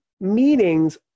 meetings